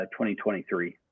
2023